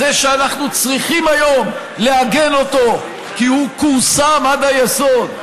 זה שאנחנו צריכים היום לעגן אותו כי הוא כורסם עד היסוד,